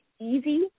easy